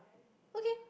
okay